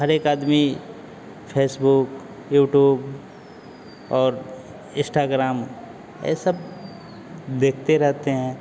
हर एक आदमी Facebook YouTube और इस्टाग्राम ये सब देखते रहते हैं